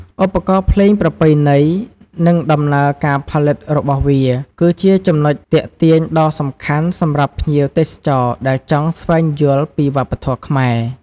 ឧបករណ៍ភ្លេងប្រពៃណី និងដំណើរការផលិតរបស់វា គឺជាចំណុចទាក់ទាញដ៏សំខាន់សម្រាប់ភ្ញៀវទេសចរដែលចង់ស្វែងយល់ពីវប្បធម៌ខ្មែរ